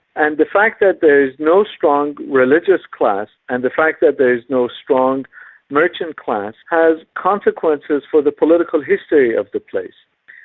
and the fact that there is no strong religious class and the fact that there is no strong merchant class has consequences for the political history of the place.